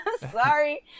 sorry